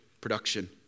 production